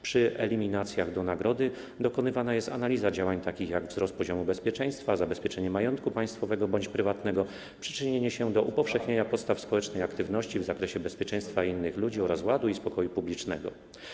Przy eliminacjach do nagrody dokonywana jest analiza działań takich, jak: wzrost poziomu bezpieczeństwa, zabezpieczenie majątku państwowego bądź prywatnego, przyczynienie się do upowszechnienia podstaw społecznej aktywności w zakresie bezpieczeństwa innych ludzi oraz ładu i spokoju publicznego.